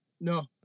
No